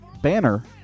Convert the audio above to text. banner